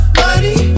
money